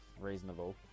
reasonable